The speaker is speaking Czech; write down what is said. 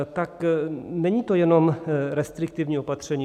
Tak není to jenom restriktivní opatření.